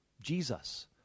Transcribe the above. Jesus